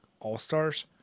All-Stars